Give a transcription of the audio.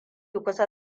kusa